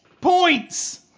points